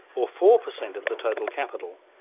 or four percent of the total capital.